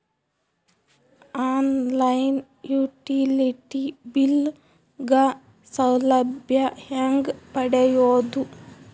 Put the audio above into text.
On line utility bill ಗ ಸೌಲಭ್ಯ ಹೇಂಗ ಪಡೆಯೋದು?